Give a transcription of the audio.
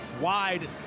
wide